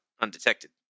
undetected